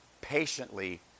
patiently